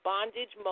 Bondage